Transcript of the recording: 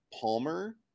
Palmer